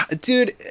Dude